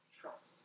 Trust